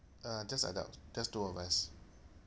uh just adults just two of us